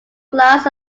class